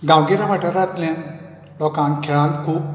गांवगिऱ्या वाठारांतल्या लोकांक खेळान खूब